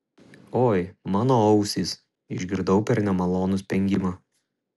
oi mano ausys išgirdau per nemalonų spengimą